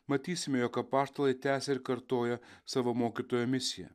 matysime jog apaštalai tęsia ir kartoja savo mokytojo misiją